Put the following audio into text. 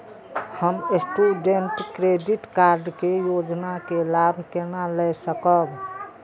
हम student credit card के योजना के लाभ केना लय सकब?